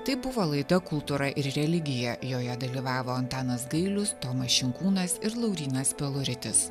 tai buvo laida kultūra ir religija joje dalyvavo antanas gailius tomas šinkūnas ir laurynas peluritis